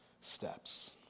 steps